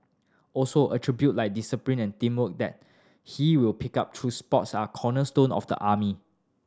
also attribute like discipline and teamwork that he will pick up through sports are cornerstone of the army